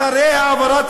אחרי העברת